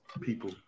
people